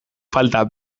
falta